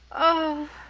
oh,